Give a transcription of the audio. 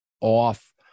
off